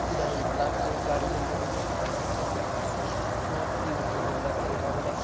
ଇଟା ହେଇଥିଲା ସେଇ ଗାଡ଼ି ଯେନ୍ତା ସେ ପୁରା ମଦ ପିଇକିରି ଚଲଉଥିଲା ଗାଡ଼ି ଟା ବେଲେ